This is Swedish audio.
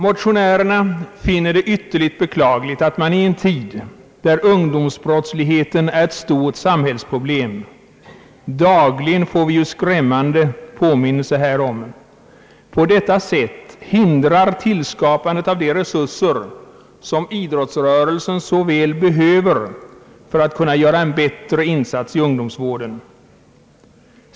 Motionärerna finner det ytterligt beklagligt att man i en tid då ungdomsbrottsligheten är ett stort samhällsproblem — dagligen får vi ju skrämmande påminnelser härom — på det sättet hindrar tillskapandet av de resurser som idrottsrörelsen så väl behöver för att kunna göra en bättre insats i ungdomsvården.